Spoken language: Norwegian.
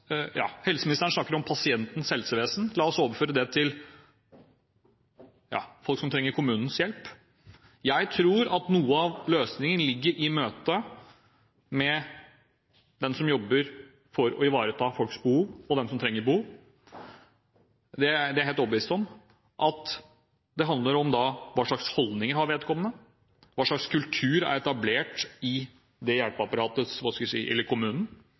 Helseministeren snakker om pasientens helsevesen. La oss overføre det til folk som trenger kommunens hjelp. Jeg tror at noe av løsningen ligger i møte mellom den som jobber for å ivareta folks behov, og den som har behov – det er jeg er helt overbevist om – at det handler om hva slags holdninger vedkommende har, hva slags kultur som er etablert i hjelpeapparatet eller kommunen, hva slags ledelse vi